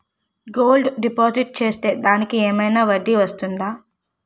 Gold deposit చేస్తే దానికి ఏమైనా వడ్డీ వస్తుందా?